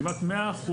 כמעט 100%,